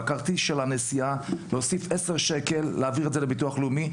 בכרטיס הנסיעה להוסיף עשרה שקלים ולהעביר את זה לביטוח לאומי.